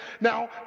Now